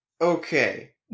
Okay